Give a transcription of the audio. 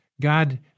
God